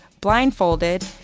blindfolded